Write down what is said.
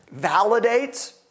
validates